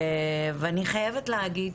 אני חייבת להגיד